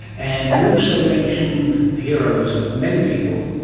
and you also mention heroes of many people,